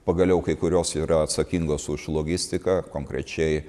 pagaliau kai kurios yra atsakingos už logistiką konkrečiai